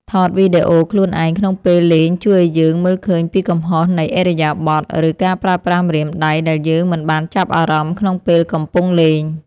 ថតវីដេអូខ្លួនឯងក្នុងពេលលេងជួយឱ្យយើងមើលឃើញពីកំហុសនៃឥរិយាបថ ឬការប្រើប្រាស់ម្រាមដៃដែលយើងមិនបានចាប់អារម្មណ៍ក្នុងពេលកំពុងលេង។